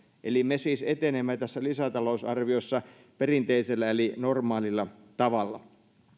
me siis etenemme tässä lisätalousarviossa perinteisellä eli normaalilla tavalla